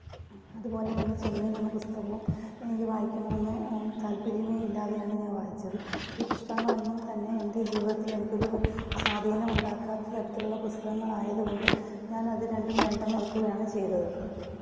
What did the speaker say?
അതുപോലെതന്നെ ചെമ്മീനെന്ന പുസ്തകവും എനിക്ക് വായിക്കണമെന്ന് താല്പ്പര്യമേ ഇല്ലാതെയാണ് ഞാൻ വായിച്ചത് ഈ പുസ്തകങ്ങളൊന്നും തന്നെ എന്റെ ജീവിതത്തില് എനിക്കൊരു സ്വാധീനം ഉണ്ടാക്കാത്ത തരത്തിലുള്ള പുസ്തകങ്ങളായതുകൊണ്ട് ഞാന് അത് രണ്ടും വേണ്ടെന്ന് വെക്കുകയാണ് ചെയ്തത്